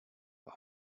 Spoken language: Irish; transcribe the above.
ach